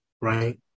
right